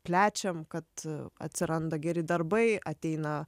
plečiam kad atsiranda geri darbai ateina